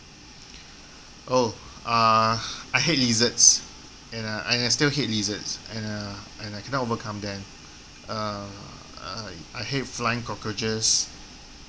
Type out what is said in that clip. oh uh I hate lizards and I and I I still hate lizards and uh and uh I cannot overcome them uh I hate flying cockroaches